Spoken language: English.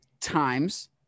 times